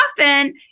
often